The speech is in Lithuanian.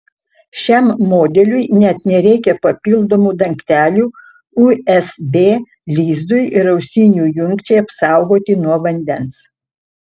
šiam modeliui net nereikia papildomų dangtelių usb lizdui ir ausinių jungčiai apsaugoti nuo vandens